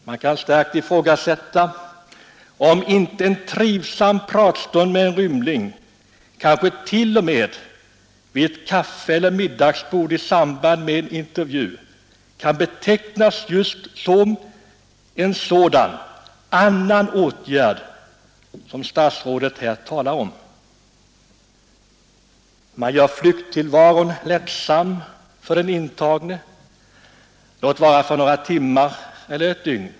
Det kan starkt ifrågasättas om inte en trivsam pratstund med en rymling, kanske t.o.m., vid ett kaffeeller middagsbord i samband med en intervju, skall betecknas som en sådan annan åtgärd som statsrådet här talar om. Man gör flykttillvaron lättsam för den intagne — låt vara för några timmar eller ett dygn.